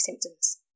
symptoms